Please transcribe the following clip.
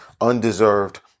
undeserved